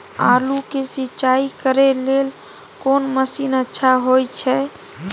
आलू के सिंचाई करे लेल कोन मसीन अच्छा होय छै?